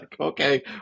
Okay